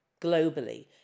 globally